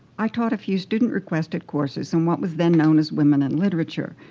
i taught a few student-requested courses in what was then known as women in literature.